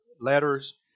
Letters